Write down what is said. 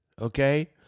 Okay